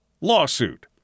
lawsuit